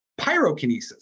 Pyrokinesis